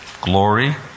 glory